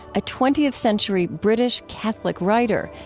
a twentieth century british catholic writer,